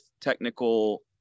technical